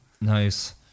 Nice